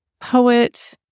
poet